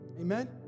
Amen